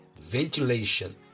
Ventilation